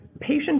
Patient